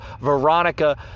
Veronica